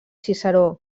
ciceró